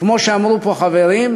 וכמו שאמרו פה חברים,